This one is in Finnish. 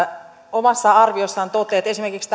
omassa arviossaan toteaa että esimerkiksi